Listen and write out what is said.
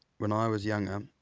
when i was younger,